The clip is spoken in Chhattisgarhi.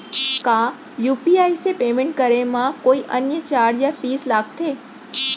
का यू.पी.आई से पेमेंट करे म कोई अन्य चार्ज या फीस लागथे?